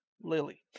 Lily